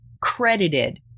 credited